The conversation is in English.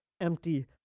empty